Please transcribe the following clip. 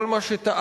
כל מה שטענו,